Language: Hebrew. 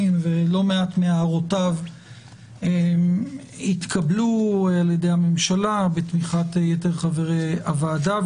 ולא מעט מהערותיו התקבלו על ידי הממשלה בתמיכת יתר חברי הוועדה.